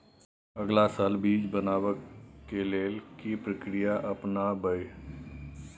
अगला साल बीज बनाबै के लेल के प्रक्रिया अपनाबय?